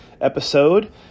Episode